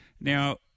Now